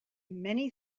many